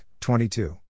22